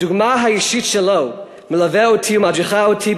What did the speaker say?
הדוגמה האישית שלו מלווה אותי ומדריכה אותי,